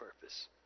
purpose